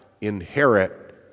inherit